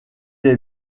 est